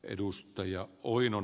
arvoisa puhemies